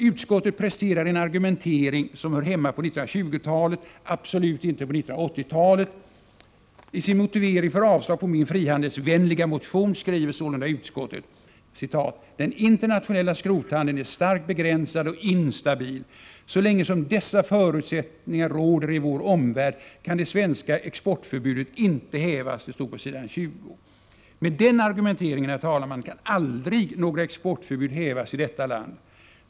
Utskottet presterar en argumentering som hör hemma på 1920-talet, absolut inte på 1980-talet. I sin motivering för avslag på min frihandelsvänliga motion skriver sålunda utskottet på s. 20: ”Den internationella skrothandeln är starkt begränsad och instabil. Så länge som dessa förutsättningar råder i vår omvärld kan det svenska exportförbudet inte hävas.” Med den argumenteringen kan aldrig några exportförbud hävas i detta land.